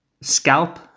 scalp